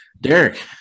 Derek